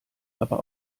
aber